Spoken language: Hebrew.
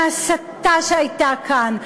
מההסתה שהייתה כאן,